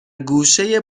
گوشه